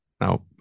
Now